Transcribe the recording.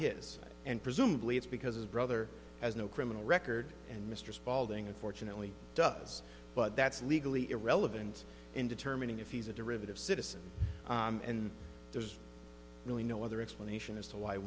his and presumably it's because his brother has no criminal record and mr spalding unfortunately does but that's legally irrelevant in determining if he's a derivative citizen and there's really no other explanation as to why